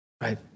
right